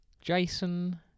Jason